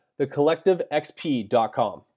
thecollectivexp.com